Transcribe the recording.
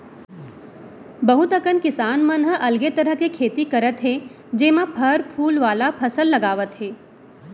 बहुत अकन किसान मन ह अलगे तरह के खेती करत हे जेमा फर फूल वाला फसल लगावत हे